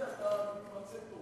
בתחום הזה אתה מתמצא טוב.